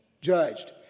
judged